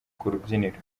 kurubyiniro